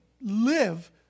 live